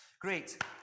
Great